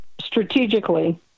strategically